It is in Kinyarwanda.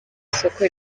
isoko